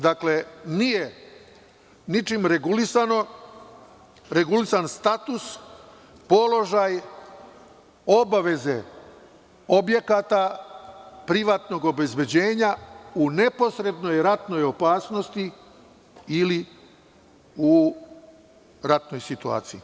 Dakle, nije ničim regulisano, regulisan status, položaj, obaveze objekata privatnog obezbeđenja u neposrednoj ratnoj opasnosti ili u ratnoj situaciji.